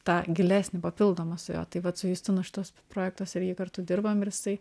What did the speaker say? tą gilesnį papildomą su jo tai vat su justinu šitas projektas ir jį kartu dirbam ir jisai